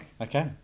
Okay